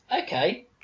okay